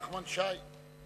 נחמן שי,